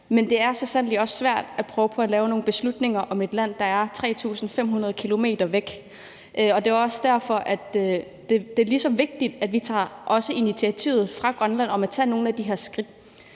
men det er så sandelig også svært at prøve at træffe nogle beslutninger i forhold til et land, der er 3.500 km væk. Det er også derfor, at det er lige så vigtigt, at vi også fra Grønlands side tager initiativet til at tage nogle af de her skridt.